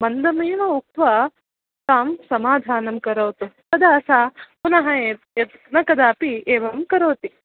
मन्दमेव उक्त्वा तां समाधानं करोतु तदा सा पुनः यथा न कदापि एवं करोति